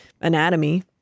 anatomy